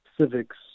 civics